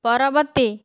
ପରବର୍ତ୍ତୀ